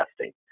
testing